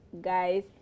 guys